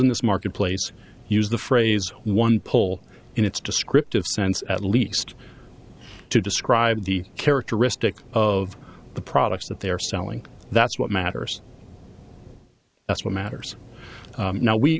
in this marketplace use the phrase one poll and it's descriptive sense at least to describe the characteristics of the products that they're selling that's what matters that's what matters now